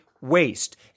waste